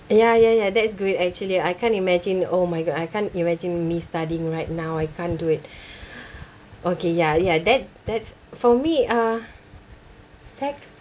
ya ya ya that's good actually I can't imagine oh my god I can't imagine me studying right now I can't do it okay ya ya that that's for me uh sacrifices